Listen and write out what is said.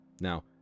Now